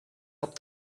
help